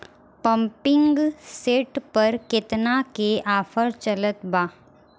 Pumping set पर केतना के ऑफर चलत बा?